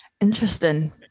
Interesting